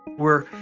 we're,